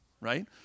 right